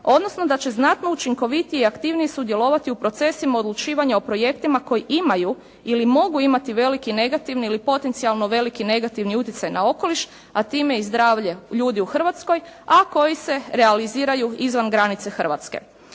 odnosno da će znatno učinkovitije i aktivnije sudjelovati u procesima odlučivanja o projektima koji imaju ili mogu imati veliki negativni ili potencijalno veliki negativni utjecaj na okoliš, a time i zdravlje ljudi u Hrvatskoj, a koji se realiziraju izvan granice Hrvatske.